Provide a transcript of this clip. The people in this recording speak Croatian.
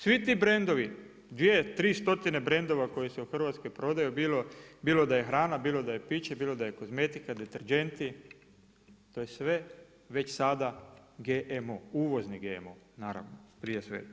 Svi ti brendovi, 2, 3 stotine brendova koji se u Hrvatskoj prodaju, bilo da je hrana, bilo da je piće, bilo da je kozmetika, deterdženti, to je sve već sama GMO, uvozni GMO, naravno, prije svega.